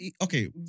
okay